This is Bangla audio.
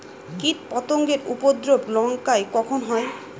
কীটপতেঙ্গর উপদ্রব লঙ্কায় কখন হয়?